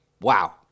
Wow